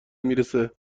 میرسه